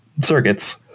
circuits